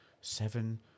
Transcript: Seven